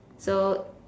so